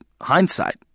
hindsight